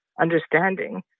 understanding